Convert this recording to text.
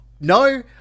No